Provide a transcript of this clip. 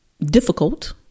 Difficult